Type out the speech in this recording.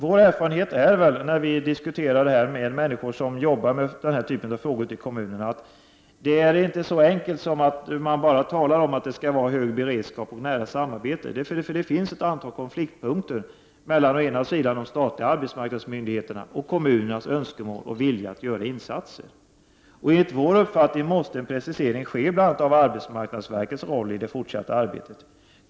Vår erfarenhet av att diskutera detta med människor som arbetar med den här typen av frågor ute i kommunerna är att det inte är så enkelt som att bara tala om att det skall vara hög beredskap och nära samarbete. Det finns ett antal konfliktpunkter mellan de statliga arbetsmarknadsmyndigheterna och kommunerna då det gäller de senares önskemål och vilja att göra insatser. Enligt vår uppfattning måste en precisering ske av bl.a. arbetsmarknadsverkets roll i det fortsatta arbetet.